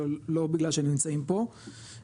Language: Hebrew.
לא בגלל שהם נמצאים פה,